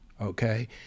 okay